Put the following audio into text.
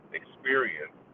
experience